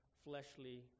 fleshly